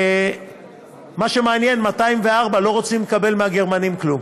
מה שמעניין, 204 לא רוצים לקבל מהגרמנים כלום.